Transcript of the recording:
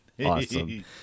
Awesome